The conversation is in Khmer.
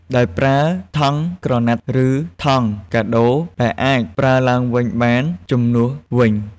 ដោយប្រើ ថង់ក្រណាត់ ឬ ថង់កាដូរដែលអាចប្រើឡើងវិញបាន ជំនួសវិញ។